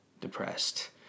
depressed